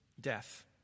death